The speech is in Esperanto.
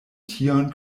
tion